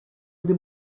gdy